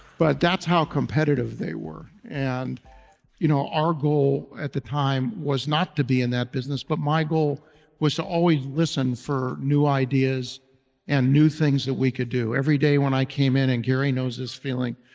but that's how competitive they were, and you know our goal at the time was not to be in that business, but my goal was to always listen for new ideas and new things that we could do. every day when i came in, and gary knows this feeling,